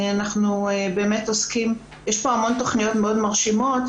יש פה המון תכניות מאוד מרשימות,